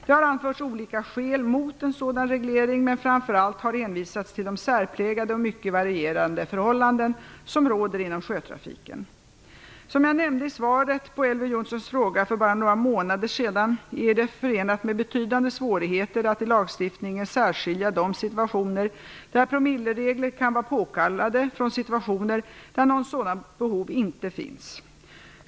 Det har anförts olika skäl mot en sådan reglering, men framför allt har hänvisats till de särpräglade och mycket varierande förhållanden som råder inom sjötrafiken. Som jag nämnde i svaret på Elver Jonssons fråga för bara några månader sedan, är det förenat med betydande svårigheter att i lagstiftningen särskilja de situationer där promilleregler kan vara påkallade från situationer där något sådant behov inte finns.